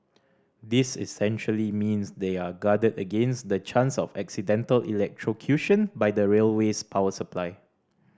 this essentially means they are guarded against the chance of accidental electrocution by the railway's power supply